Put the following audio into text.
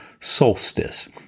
solstice